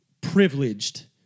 privileged